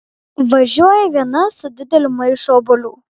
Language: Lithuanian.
važiuoja viena su dideliu maišu obuolių